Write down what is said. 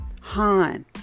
Han